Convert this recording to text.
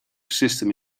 system